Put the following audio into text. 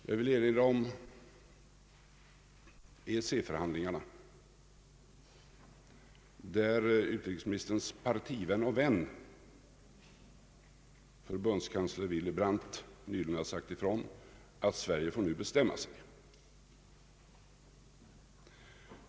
Jag vill erinra om EEC-förhandlingarna, vid vilka utrikesministerns partivän och vän, förhundskansler Willy Brandt, nyligen har sagt ifrån att Sverige nu får bestämma sig.